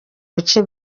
bice